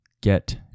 Get